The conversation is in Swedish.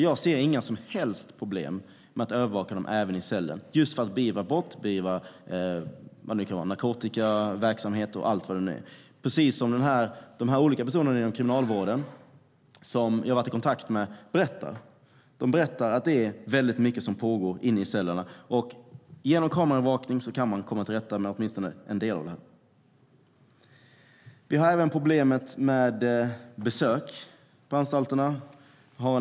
Jag ser inga som helst problem med att övervaka intagna även i cellerna - just för att beivra brott i form av narkotikaverksamhet eller vad det nu kan vara. De olika personer inom Kriminalvården som jag har varit i kontakt med berättar att mycket pågår inne i cellerna. Med hjälp av kameraövervakning kan man komma till rätta med åtminstone en del av brotten. Vi har även problemet med besök på anstalterna.